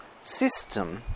system